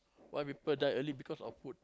why people die early because of food